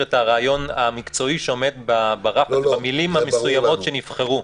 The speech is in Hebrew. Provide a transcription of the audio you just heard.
את הרעיון המקצועי שעומד במילים המסוימות שנבחרו,